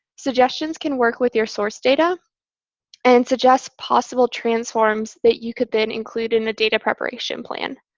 suggestions can work with your source data and suggest possible transforms that you could then include in the data preparation plan.